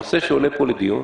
הנושא שעולה פה לדיון